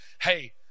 hey